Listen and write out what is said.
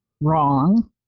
wrong